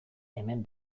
hemen